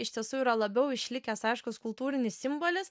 iš tiesų yra labiau išlikęs aiškus kultūrinis simbolis